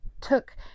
took